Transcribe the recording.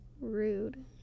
rude